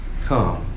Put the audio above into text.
come